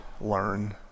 learn